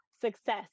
success